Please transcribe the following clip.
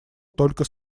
только